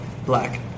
Black